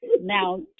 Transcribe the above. Now